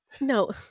no